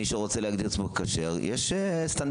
מי שרוצה להגדיר את עצמו ככשר יש סטנדרטים.